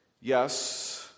Yes